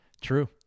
true